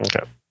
Okay